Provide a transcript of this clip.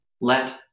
let